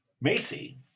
Macy